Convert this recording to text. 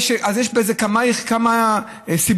יש כמה סיבות,